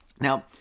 Now